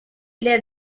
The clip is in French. led